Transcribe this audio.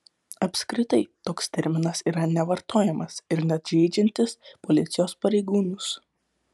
apskritai toks terminas yra nevartojamas ir net žeidžiantis policijos pareigūnus